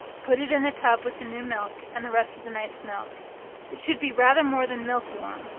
put it in the tub with the new milk, and the rest of the night's milk it should be rather more than milk warm,